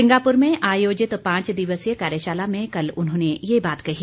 Singapore में आयोजित पांच दिवसीय कार्यशाला में कल उन्होंने ये बात कही